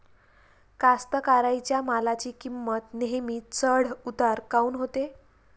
कास्तकाराइच्या मालाची किंमत नेहमी चढ उतार काऊन होते?